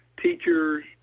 teachers